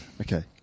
Okay